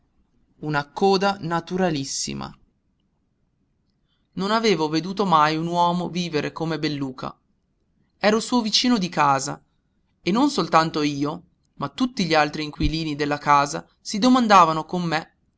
una coda naturalissima non avevo veduto mai un uomo vivere come belluca ero suo vicino di casa e non io soltanto ma tutti gli altri inquilini della casa si domandavano con me